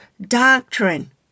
doctrine